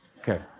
Okay